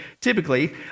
typically